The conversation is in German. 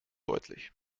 deutlich